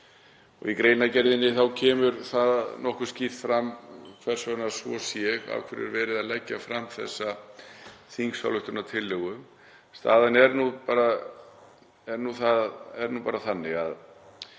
Í greinargerðinni kemur það nokkuð skýrt fram hvers vegna svo sé, af hverju verið er að leggja fram þessa þingsályktunartillögu. Staðan er nú bara þannig að